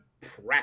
practice